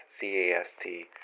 C-A-S-T